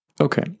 Okay